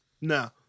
No